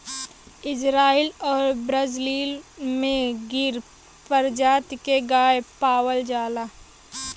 Israel आउर Brazil में गिर परजाती के गाय पावल जाला